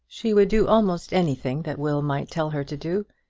she would do almost anything that will might tell her to do,